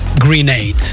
Grenade